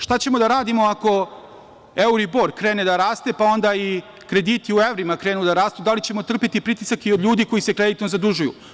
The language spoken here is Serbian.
Šta ćemo da radimo ako euribor krene da raste, pa i krediti u evrima krenu da rastu, da li ćemo trpeti pritisak i od ljudi koji se trenutno zadužuju?